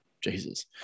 Jesus